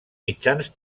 mitjans